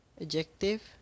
Adjective